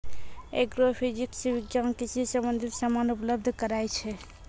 agrophysics विज्ञान कृषि संबंधित समान उपलब्ध कराय छै